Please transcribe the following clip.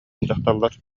дьахталлар